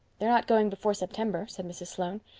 they're not going before september, said mrs. sloane.